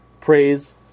Praise